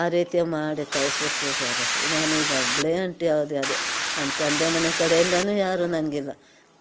ಆ ರೀತಿ ಮಾಡಿ ಕಳಿಸ್ಬಿಟ್ರು ಸರ ನಾನೀಗ ಒಬ್ಬಳೆ ಒಂಟಿಯಾದೆ ಆದೆ ನಮ್ಮ ತಂದೆ ಮನೆ ಕಡೆಯಿಂದಲೂ ಯಾರು ನನಗಿಲ್ಲ